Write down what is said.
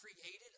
created